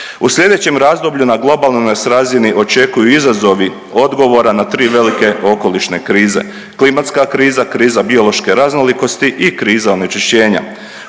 U sljedećem razdoblju na globalnoj nas razini očekuju izazovi odgovora na tri velike okolišne krize – klimatska kriza, kriza biološke raznolikosti i kriza onečišćenja.